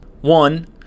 One